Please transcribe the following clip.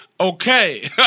Okay